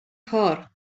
کار